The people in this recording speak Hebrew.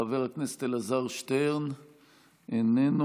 חבר הכנסת אלעזר שטרן, איננו.